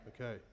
Okay